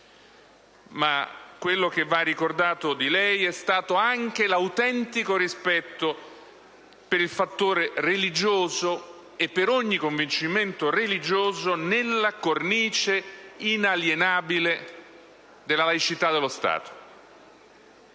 Di lei va ricordato anche l'autentico rispetto per il fattore religioso, e per ogni convincimento religioso, nella cornice inalienabile della laicità dello Stato.